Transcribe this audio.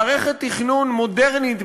מערכת תכנון מודרנית,